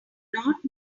not